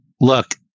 look